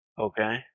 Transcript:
Okay